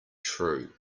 true